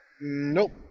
Nope